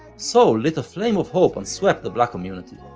soul lit a flame of hope and swept the black community.